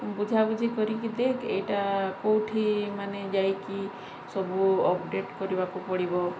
ବୁଝାବୁଝି କରିକି ଦେଖ ଏଇଟା କେଉଁଠି ମାନେ ଯାଇକି ସବୁ ଅପଡ଼େଟ୍ କରିବାକୁ ପଡ଼ିବ